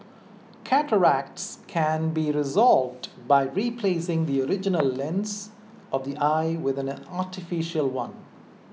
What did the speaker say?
cataracts can be resolved by replacing the original lens of the eye with an artificial one